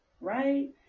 Right